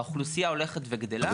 והאוכלוסייה הולכת וגדלה.